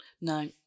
No